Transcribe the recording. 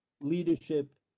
leadership